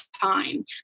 time